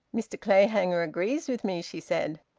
mr clayhanger agrees with me, she said.